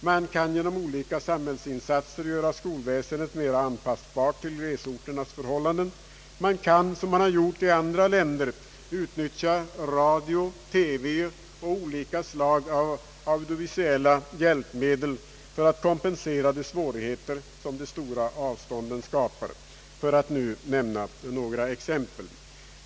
Man kan genom olika samhällsinsatser göra skolväsendet mer anpassbart till glesorternas förhållanden, och man kan — som i andra länder — utnyttja radio, TV och olika slags audiovisuella hjälpmedel för att kompensera de svårigheter som följer av de stora avstånden; för att nu nämna några exempel.